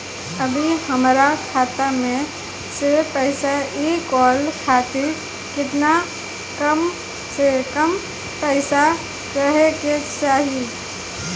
अभीहमरा खाता मे से पैसा इ कॉल खातिर केतना कम से कम पैसा रहे के चाही?